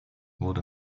wurde